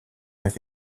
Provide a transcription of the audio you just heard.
with